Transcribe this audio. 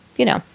you know,